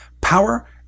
power